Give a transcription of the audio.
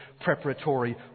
preparatory